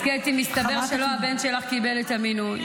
אז קטי, מסתבר שלא הבן שלך קיבל את המינוי.